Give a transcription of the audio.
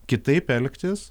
kitaip elgtis